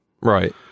Right